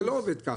זה לא עובד ככה.